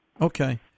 Okay